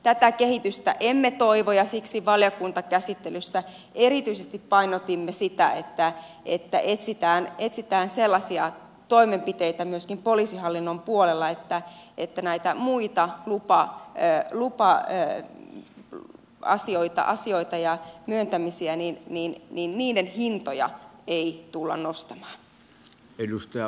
tätä kehitystä emme toivo ja siksi valiokuntakäsittelyssä erityisesti painotimme sitä että etsitään myöskin poliisihallinnon puolella sellaisia toimenpiteitä että näitä muita lupaa ei lupaa muissa lupa asioissa ja myöntämisissä hintoja ei tulla nostamaan